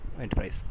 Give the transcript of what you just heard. enterprise